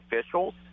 officials